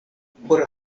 por